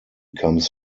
comes